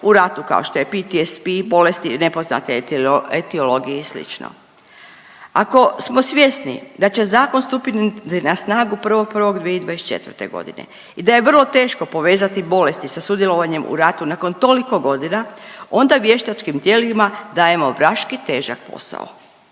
u ratu kao što je PTSP, bolesti nepoznate etiologije i slično. Ako smo svjesni da će zakon stupiti na snagu 1.1.2024.g. i da je vrlo teško povezati bolesti sa sudjelovanjem u ratu nakon toliko godina onda vještačkim tijelima dajemo vraški težak posao.